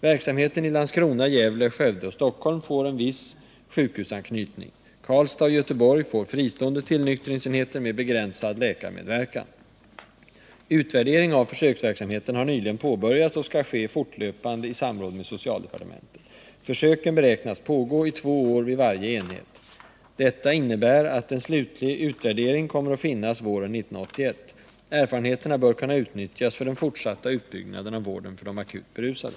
Verksamheten i Landskrona, Gävle, Skövde och Stockholm får en viss sjukhusanknytning. Karlstad och Göteborg får fristående tillnyktringsenheter med begränsad läkarmedverkan. Utvärdering av försöksverksamheten har nyligen påbörjats och skall ske fortlöpande i samråd med socialdepartementet. Försöken beräknas pågå i två år vid varje enhet. Detta innebär att en slutlig utvärdering kommer att finnas våren 1981. Erfarenheterna bör kunna utnyttjas för den fortsatta utbyggnaden av vården för de akut berusade.